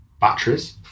Batteries